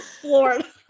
Florida